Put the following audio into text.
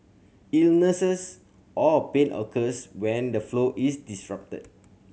illnesses or pain occurs when the flow is disrupted